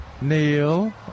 Neil